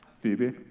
Phoebe